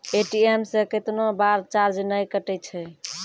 ATM से कैतना बार चार्ज नैय कटै छै?